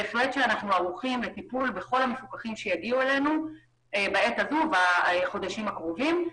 אנחנו ערוכים לטיפול בכל המפוקחים שיגיעו אלינו בחודשים ה'קרובים.